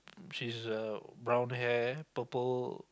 she's a brown hair purple